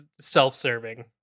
self-serving